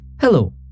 Hello